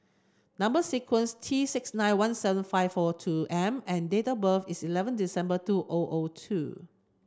number sequence T six nine one seven five four two M and date of birth is eleven December two O O two